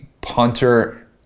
punter